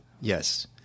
yes